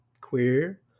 queer